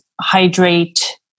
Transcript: hydrate